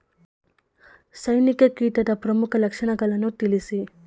ಸೈನಿಕ ಕೀಟದ ಪ್ರಮುಖ ಲಕ್ಷಣಗಳನ್ನು ತಿಳಿಸಿ?